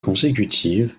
consécutive